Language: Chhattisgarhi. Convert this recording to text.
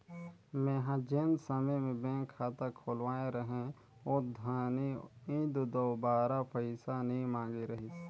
मेंहा जेन समे में बेंक खाता खोलवाए रहें ओ घनी दो बगरा पइसा नी मांगे रहिस